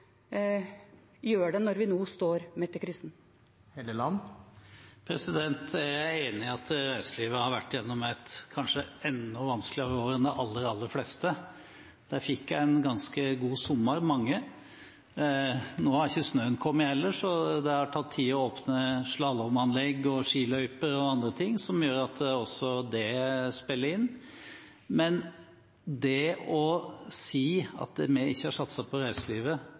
gjør det, når vi nå står midt i krisen? Jeg er enig i at reiselivet har vært gjennom et kanskje enda vanskeligere år enn de aller, aller fleste. De fikk en ganske god sommer, mange. Nå har ikke snøen kommet heller, så det har tatt tid å åpne slalåmanlegg, skiløyper og andre ting – også det spiller inn. Men å si at vi ikke har satset på reiselivet,